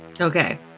Okay